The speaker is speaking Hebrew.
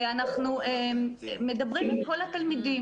ואנחנו מדברים עם כל התלמידים,